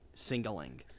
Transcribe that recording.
Singling